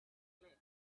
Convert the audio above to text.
legs